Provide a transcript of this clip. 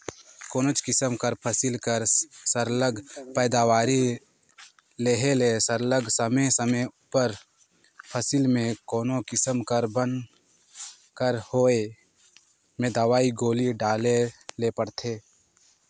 कोनोच किसिम कर फसिल कर सरलग पएदावारी लेहे ले सरलग समे समे उपर फसिल में कोनो किसिम कर बन कर होए में दवई गोली डाले ले परथे